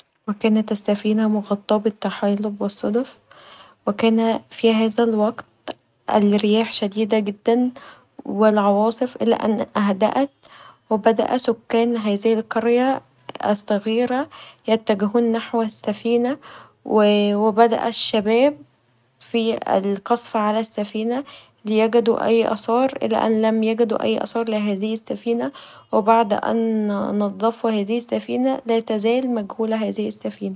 وكانت السفينه مغطاه بالطحالب و الصدف و كان في هذا الوقت الرياح شديده جدا و العواصف الي ان اهدأت و بدأ سكان هذه القريه الصغيره الاتجاه نحو السفينه و بدأ الشباب القصف علي السفينه ليجدوا اي اثار فلم يجدوا اي اثار لهذه السفينه و بعد ان نظفوا هذه السفينه مازالت مجهوله هذه السفينه.